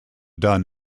done